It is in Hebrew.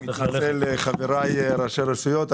אני מתנצל חבריי ראשי הרשויות,